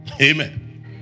Amen